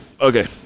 okay